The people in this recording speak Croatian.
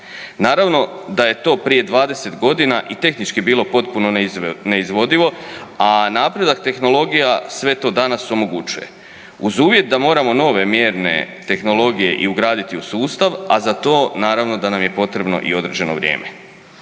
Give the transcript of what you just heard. Naravno da je to prije 20 godina i tehnički bilo potpuno neizvodivo, a napredak tehnologija sve to danas omogućuje uz uvjet da moramo nove mjerne tehnologije i ugraditi u sustav, a za to naravno da nam je potrebno i određeno vrijeme.